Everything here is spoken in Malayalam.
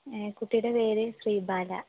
കുട്ടിയുടെ പേര് ശ്രീബാല